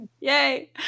Yay